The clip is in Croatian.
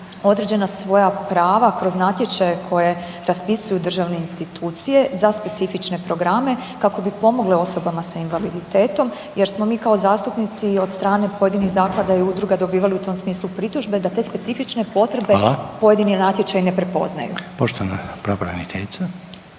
određena svoja prava kroz natječaje koje raspisuju državne institucije za specifične programe kako bi pomogle osobama s invaliditetom jer smo mi kao zastupnici od strane pojedinih zaklada i udruga dobivali u tom smislu pritužbe da te specifične potrebe pojedini natječaju …/Upadica: Hvala./… ne prepoznaju.